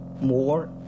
more